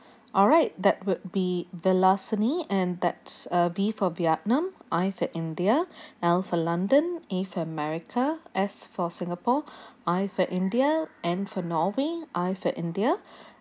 alright that would be vilasani and that's uh V for vietnam I for india L for london A for america S for singapore I for india and N for norway I for india